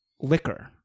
liquor